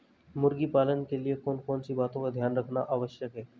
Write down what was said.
मुर्गी पालन के लिए कौन कौन सी बातों का ध्यान रखना आवश्यक है?